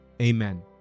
Amen